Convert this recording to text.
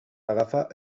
agafa